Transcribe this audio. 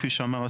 כפי שאמר השר,